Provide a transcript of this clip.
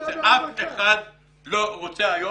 אף אחד לא רוצה היום,